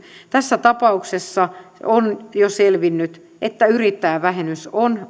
tässä tapauksessa on jo selvinnyt että yrittäjävähennys on